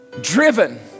driven